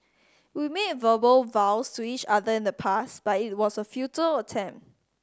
we made verbal vows to each other in the past but it was a futile attempt